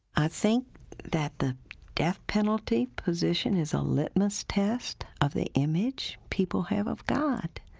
i think that the death penalty position is a litmus test of the image people have of god.